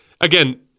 again